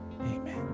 Amen